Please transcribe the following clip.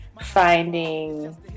Finding